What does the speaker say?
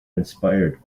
inspired